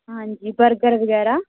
ਹਾਂਜੀ ਬਰਗਰ ਵਗੈਰਾ